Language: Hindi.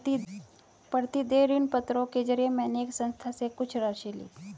प्रतिदेय ऋणपत्रों के जरिये मैंने एक संस्था से कुछ राशि ली